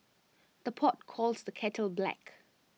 the pot calls the kettle black